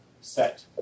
set